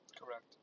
Correct